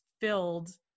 filled